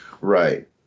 Right